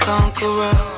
Conqueror